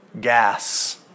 gas